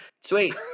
Sweet